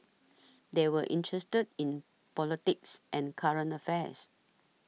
they were interested in politics and current affairs